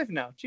now